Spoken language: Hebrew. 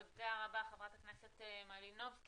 תודה רבה, חברת הכנסת מלינובסקי.